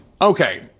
Okay